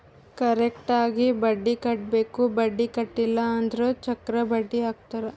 correct ಆಗಿ ಬಡ್ಡಿ ಕಟ್ಟಬೇಕ್ ಬಡ್ಡಿ ಕಟ್ಟಿಲ್ಲ ಅಂದುರ್ ಚಕ್ರ ಬಡ್ಡಿ ಹಾಕ್ತಾರ್